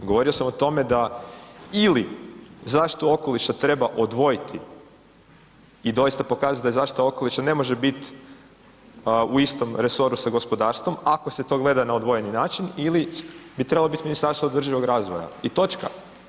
Govorio sam o tome da ili zaštitu okoliša treba odvojiti i doista pokazati da zaštita okoliša ne može biti u istom resoru sa gospodarstvom, ako se to gleda na odvojeni način ili bi trebalo biti Ministarstvo održivog razvoja i točka.